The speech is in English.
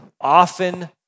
often